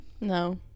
No